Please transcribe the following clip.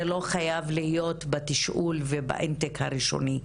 זה לא חייב להיות בתשאול ובאינטייק הראשוני.